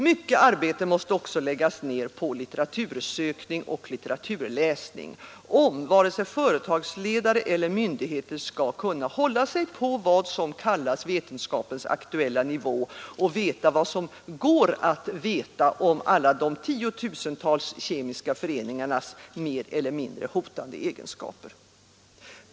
Mycket arbete måste också läggas ner på litteratursökning och litteraturläsning, om företagsledare eller myndigheter skall kunna hålla sig på vad som kallas vetenskapens aktuella nivå och veta vad som går att veta om alla de tiotusentals kemiska föreningarnas mer eller mindre hotande egenskaper.